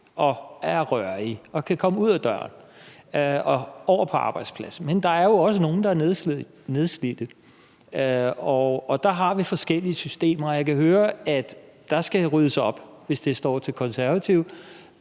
og rørige og kan komme ud ad døren og over på arbejdspladsen, men der er jo også nogle, der er nedslidte. Og der har vi forskellige systemer. Jeg kan høre, at der skal ryddes op, hvis det står til Konservative.